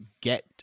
get